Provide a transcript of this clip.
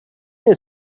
new